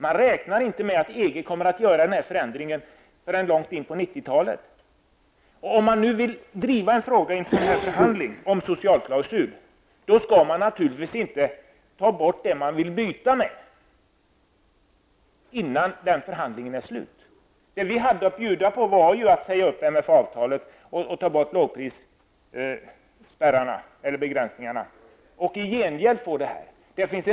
Man räknar inte med att EG kommer att göra den här förändringen förrän långt inpå 90-talet. Om man nu vill driva en fråga inför en förhandling om en socialklausul, skall man naturligtvis inte ta bort det som man vill byta med innan förhandlingen är slut. Vad vi har haft att bjuda på är ju en uppsägning av MFA-avtalet och ett borttagande av lågprisbegränsningarna för att i gengäld få en sådan här klausul.